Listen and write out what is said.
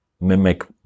mimic